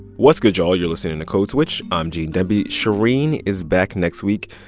what's good, y'all? you're listening to code switch. i'm gene demby. shereen is back next week.